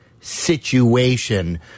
situation